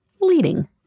leading